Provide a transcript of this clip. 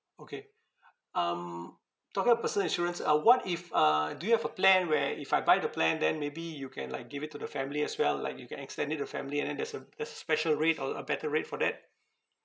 okay um talking about personal insurance uh what if uh do you have a plan where if I buy the plan then maybe you can like give it to the family as well like you can extend it to family and then there's a there's a special rate or a better rate for that